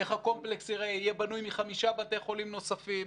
איך הקומפלקס ייראה יהיה בנוי מחמישה בתי חולים נוספים.